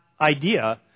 idea